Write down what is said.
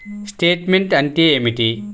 Statement అంటే ఏమిటి?